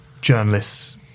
journalists